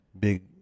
big